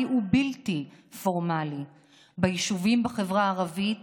ובלתי פורמלי ביישובים בחברה הערבית